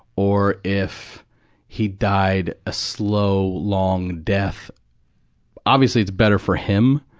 or if he died, a slow, long death obviously, it's better for him,